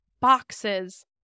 boxes